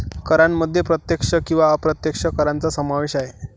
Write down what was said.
करांमध्ये प्रत्यक्ष किंवा अप्रत्यक्ष करांचा समावेश आहे